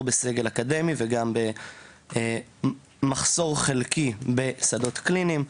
בסגל האקדמי וגם מחסור חלקי בשדות קליניים.